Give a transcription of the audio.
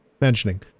mentioning